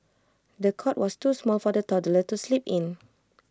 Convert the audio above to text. the cot was too small for the toddler to sleep in